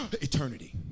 eternity